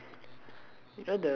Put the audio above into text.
ya so the